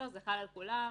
זה חל על כולם,